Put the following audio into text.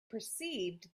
perceived